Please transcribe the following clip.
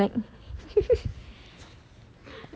so I'm like